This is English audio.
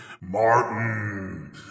Martin